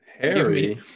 Harry